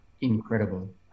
incredible